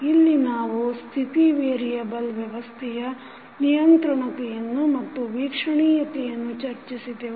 ಇಲ್ಲಿ ನಾವು ಸ್ಥಿತಿ ವೇರಿಯೆಬಲ್ ವ್ಯವಸ್ಥೆಯ ನಿಯಂತ್ರಣತೆಯನ್ನು ಮತ್ತು ವೀಕ್ಷಣೀಯತೆಯನ್ನು ಚರ್ಚಿಸಿದೆವು